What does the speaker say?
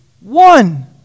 one